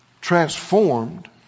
Transformed